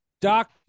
Doc